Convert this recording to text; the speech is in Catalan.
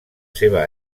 seva